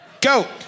Go